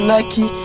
Nike